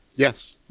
yes,